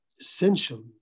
essentially